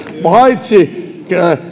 paitsi